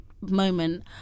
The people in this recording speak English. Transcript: moment